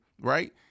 right